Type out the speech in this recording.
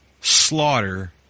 Slaughter